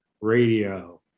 radio